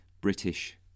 British